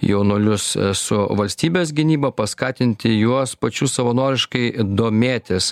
jaunuolius su valstybės gynyba paskatinti juos pačius savanoriškai domėtis